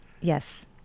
Yes